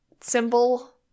symbol